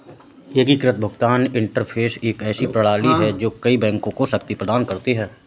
एकीकृत भुगतान इंटरफ़ेस एक ऐसी प्रणाली है जो कई बैंकों को शक्ति प्रदान करती है